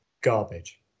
garbage